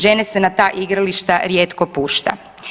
Žene se na ta igrališta rijetko pušta.